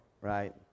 right